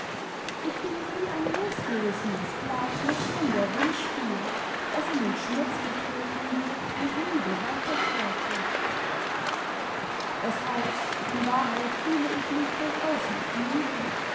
ich bin wie ein losgerissenes blatt mit dem der wind spielt das in den schmutz getreten wird und müde weiter torkelt das beißt in wabrbeit f üble leb mich durchaus nicht müde